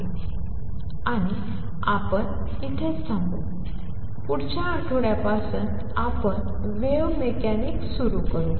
आणि आपण इथेच थांबू आणि पुढच्या आठवड्यापासून आपण वेव्ह मेकॅनिक्स सुरू करू